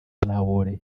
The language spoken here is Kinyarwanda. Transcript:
traoré